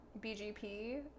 bgp